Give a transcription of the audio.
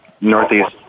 Northeast